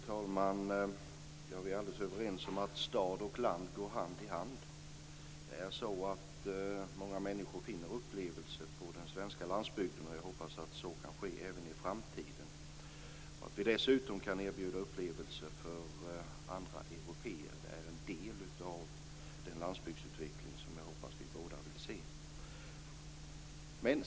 Fru talman! Vi är alldeles överens om att stad och land går hand i hand. Det är så att många människor finner upplevelser på den svenska landsbygden, och jag hoppas att så kan ske även i framtiden. Att vi dessutom kan erbjuda upplevelser för andra européer är en del av den landsbygdsutveckling som jag hoppas att vi båda vill se.